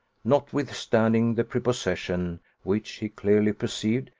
notwithstanding the prepossession which, he clearly perceived,